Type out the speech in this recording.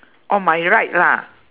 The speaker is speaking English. on my right lah